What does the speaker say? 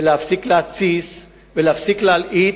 להפסיק להתסיס ולהפסיק להלהיט,